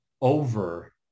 over